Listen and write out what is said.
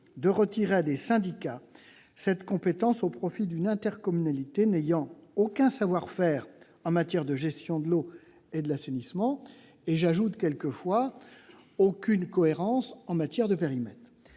de retirer à des syndicats cette compétence au profit d'une intercommunalité n'ayant aucun savoir-faire en matière de gestion de l'eau et d'assainissement ne présentant parfois aucune cohérence en termes de périmètre.